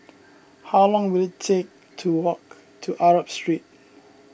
how long will it take to walk to Arab Street